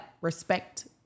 respect